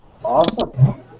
Awesome